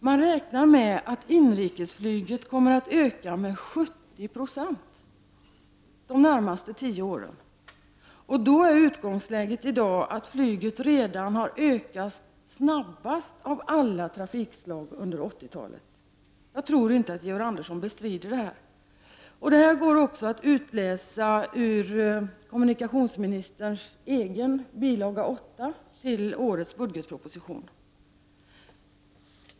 Man räknar med att inrikesflyget kommer att öka med 70 96 de närmaste tio åren, och då är utgångsläget i dag att flyget redan har ökat snabbast av alla trafikslag under 80-talet. Jag tror inte att Georg Andersson bestrider detta. Det går att utläsa av kommunikationsministern ”egen” bil. 8 till årets budgetproposition.